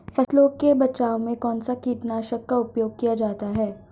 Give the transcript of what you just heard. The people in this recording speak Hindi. फसलों के बचाव में कौनसा कीटनाशक का उपयोग किया जाता है?